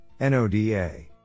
NODA